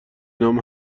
نام